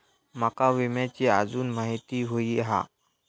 माका विम्याची आजून माहिती व्हयी हा?